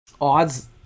odds